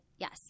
Yes